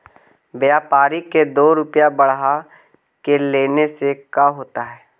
व्यापारिक के दो रूपया बढ़ा के लेने से का होता है?